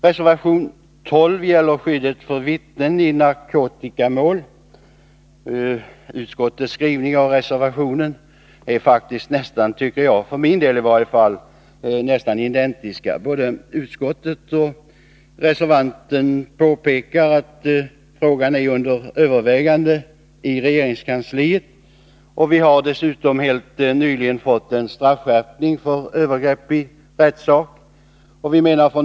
Reservation nr 12 gäller skydd för vittnen i narkotikamål. Utskottets skrivning och reservationen är faktiskt, enligt min mening, nästan identiska. Både utskottet och reservanten påpekar att frågan är under övervägande i regeringskansliet. Vi har dessutom helt nyligen fått en straffskärpning för övergrepp i rättssak.